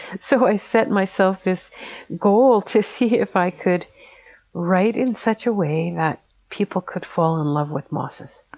so i set myself this goal to see if i could write in such a way that people could fall in love with mosses.